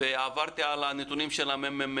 ועל הנתונים של המ.מ.מ.